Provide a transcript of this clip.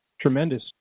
tremendous